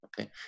Okay